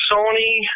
Sony